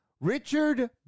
Richard